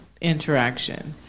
interaction